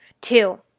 Two